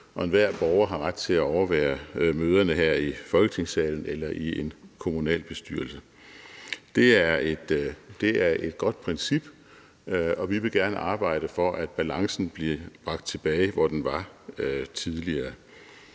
og enhver borger har ret til at overvære møderne her i Folketingssalen eller i en kommunalbestyrelse. Det er et godt princip, og vi vil gerne arbejde for, at balancen bliver bragt tilbage til, hvor den var tidligere.